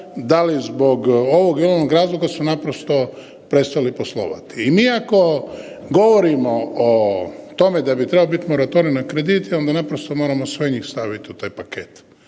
da li zbog ovog ili onog razloga su naprosto prestali poslovati. I mi ako govorimo o tome da bi trebao biti moratorij na kredite onda naprosto moramo sve njih staviti u te pakete.